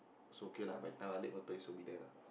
it's okay lah by the time Alif will be there lah